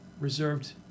reserved